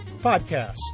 podcast